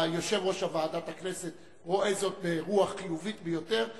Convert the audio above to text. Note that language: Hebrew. יושב-ראש ועדת הכנסת רואה זאת ברוח חיובית ביותר,